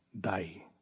die